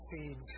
seeds